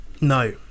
No